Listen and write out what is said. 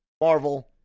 marvel